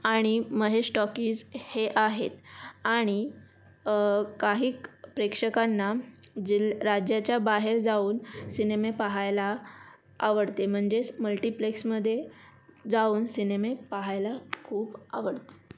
आणि महेश टॉकीज हे आहेत आणि काहीक प्रेक्षकांना जिल राज्याच्या बाहेर जाऊन सिनेमे पहायला आवडते म्हणजेच मल्टिप्लेक्समध्ये जाऊन सिनेमे पहायला खूप आवडते